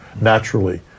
naturally